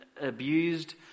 abused